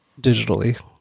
digitally